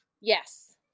Yes